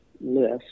list